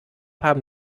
haben